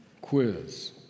quiz